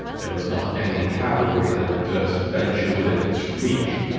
there was not any cavalry that durst venture within its reach,